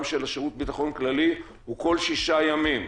של שירות הביטחון הכללי הוא כל שישה ימים,